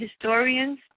historians